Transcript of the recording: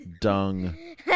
dung